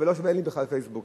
אין לי בכלל "פייסבוק",